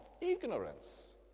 ignorance